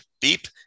beep